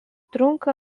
trunka